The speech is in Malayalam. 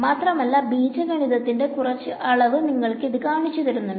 മാത്രമല്ല ബീജംഗണിത ത്തിന്റെ കുറച്ചു അളവ് നിങ്ങൾക്ക് ഇത് കാണിച്ചു തരുന്നുണ്ട്